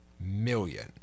million